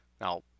Now